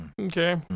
Okay